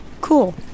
cool